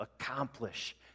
accomplish